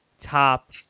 top